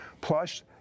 Plus